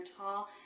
tall